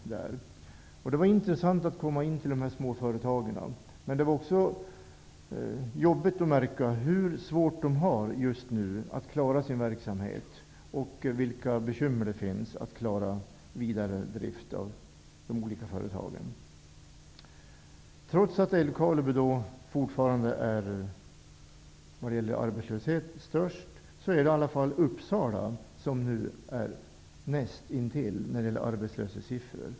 Det var intressant att komma till de här småföretagen. Men det var också jobbigt att märka hur svårt de just nu har att klara sin verksamhet och vilka bekymmer det finns när det gäller att klara vidare drift av de olika företagen. Trots att Älvkarleby fortfarande har den största arbetslösheten, är det Uppsala som nu ligger näst intill när det gäller arbetslöshetssiffror.